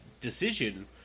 decision